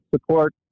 support